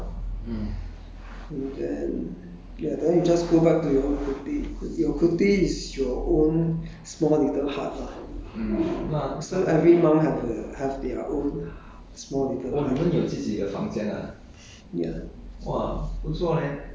就吃 lor we sit we will eat in the main sala and then ya then you just go back to your own kuti your kuti is your own small little hut lah so every monk have their own small little hut